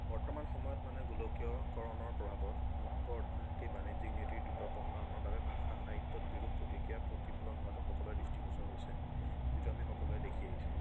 বৰ্তমান সময়ত মানে গোলকীয়কৰণৰ প্ৰভাৱত মুক্ত অৰ্থনীতি বাণিজ্যিক নীতিৰ দ্ৰুত প্ৰসাৰণৰ বাবে ভাষা সাহিত্যত বিৰূপ প্ৰতিক্ৰিয়া প্ৰতিফলন হোৱাটো সকলোৰে দৃষ্টিগোচৰ হৈছে যিটো আমি সকলোৱে দেখি আহিছোঁ